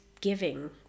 giving